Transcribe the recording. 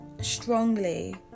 strongly